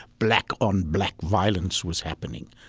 black on black violence was happening,